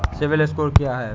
CIBIL score क्या है?